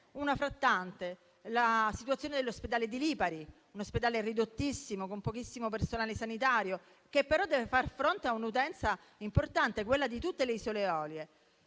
ricordare la situazione dell'ospedale di Lipari, un ospedale ridottissimo, con pochissimo personale sanitario che però deve far fronte a un'utenza importante, quella di tutte le isole Eolie.